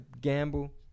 gamble